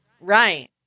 right